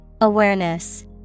Awareness